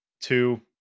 two